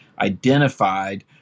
identified